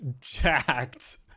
jacked